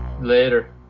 later